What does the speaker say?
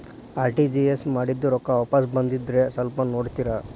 RTGS ಮಾಡಿದ್ದೆ ರೊಕ್ಕ ವಾಪಸ್ ಬಂದದ್ರಿ ಸ್ವಲ್ಪ ನೋಡ್ತೇರ?